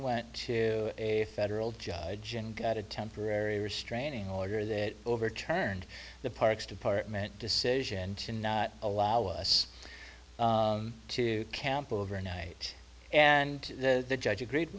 went to a federal judge and got a temporary restraining order that overturned the parks department decision to not allow us to camp overnight and the judge agreed